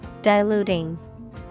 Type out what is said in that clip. Diluting